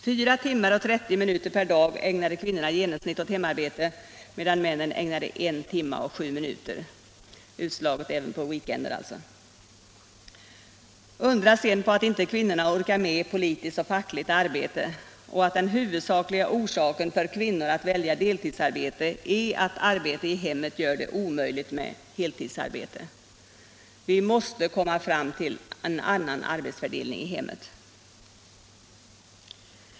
4 timmar och 30 minuter per dag ägnade kvinnorna i genomsnitt åt hemarbete, medan männen ägnade 1 timme och7 minuter åt hemarbete — utslaget även på veckoslut. Undra sedan på att kvinnorna inte orkar med politiskt och fackligt arbete och att den huvudsakliga orsaken till varför kvinnor väljer deltidsarbete är att arbete i hemmet gör det omöjligt att ta heltidsarbete. Vi måste komma fram till en annan arbetsfördelning i hemmet.